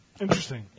Interesting